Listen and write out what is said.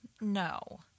No